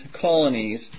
colonies